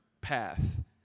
path